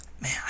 man